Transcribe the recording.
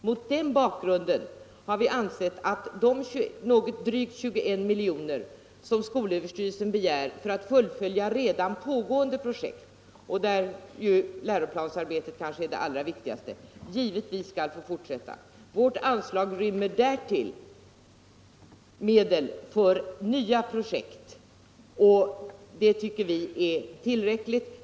Mot den bakgrunden har vi ansett att redan pågående projekt, för vilka skolöverstyrelsen begärt drygt 20 milj.kr. och där läroplansarbetet kanske är det allra viktigaste, givetvis skall få fortsätta. Vårt anslag rymmer därtill medel för nya projekt, och det tycker vi är tillräckligt.